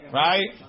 right